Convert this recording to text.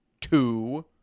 two